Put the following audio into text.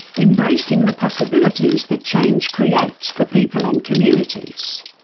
embracing the possibilities that change creates for people and communities.